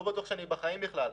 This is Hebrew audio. לא בטוח שאני בחיים בכלל.